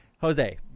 Jose